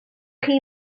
chi